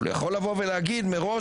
אבל הוא יכול להגיד מראש,